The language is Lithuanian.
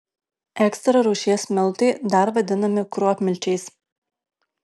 ekstra rūšies miltai dar vadinami kruopmilčiais